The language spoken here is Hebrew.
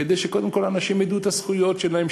כדי שאנשים ידעו את הזכויות שלהם.